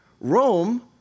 Rome